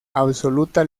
absoluta